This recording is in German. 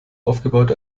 aufgebaut